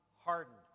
hardened